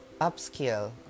upscale